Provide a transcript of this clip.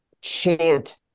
chant